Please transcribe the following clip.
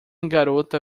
garota